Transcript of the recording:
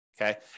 okay